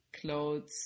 clothes